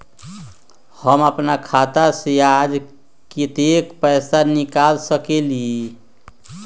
हम अपन खाता से आज कतेक पैसा निकाल सकेली?